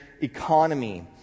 economy